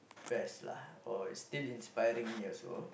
best lah or it's still inspiring me also